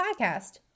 Podcast